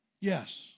Yes